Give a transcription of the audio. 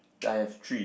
I have three